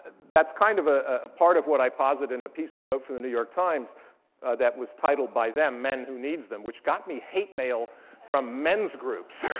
that's kind of a ah part of what i posit in the piece i wrote for the new york times that was titled by them, men who needs them? which got me hate mail from men's groups.